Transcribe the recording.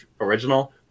original